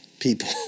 people